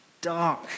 dark